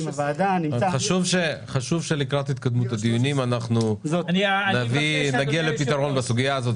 חשוב שלקראת התקדמות הדיונים אנחנו נגיע לפתרון בסוגיה הזאת.